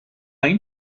این